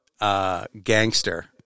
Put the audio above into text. gangster